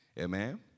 Amen